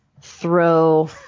throw